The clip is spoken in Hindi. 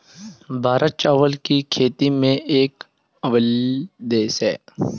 भारत चावल की खेती में एक अव्वल देश है